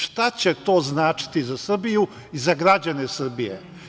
Šta će to značiti za Srbiju i za građane Srbije?